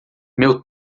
meu